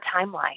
timeline